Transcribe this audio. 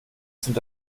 sind